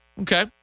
Okay